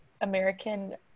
American